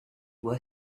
were